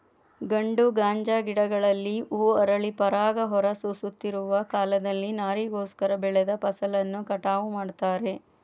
ಗಂಡು ಗಾಂಜಾ ಗಿಡಗಳಲ್ಲಿ ಹೂ ಅರಳಿ ಪರಾಗ ಹೊರ ಸುರಿಯುತ್ತಿರುವ ಕಾಲದಲ್ಲಿ ನಾರಿಗೋಸ್ಕರ ಬೆಳೆದ ಫಸಲನ್ನು ಕಟಾವು ಮಾಡ್ತಾರೆ